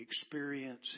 experience